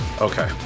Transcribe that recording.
Okay